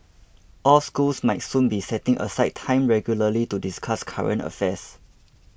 all schools might soon be setting aside time regularly to discuss current affairs